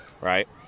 right